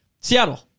Seattle